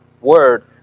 word